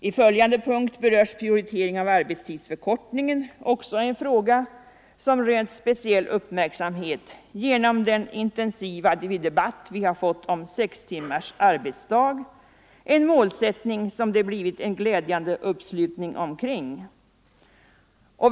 I följande punkt berörs prioritering av arbetstidsförkortningen. Det är också en fråga som rönt speciell uppmärksamhet genom den intensiva debatt vi har fått om sex timmars arbetsdag - en målsättning som det blivit en glädjande uppslutning omkring.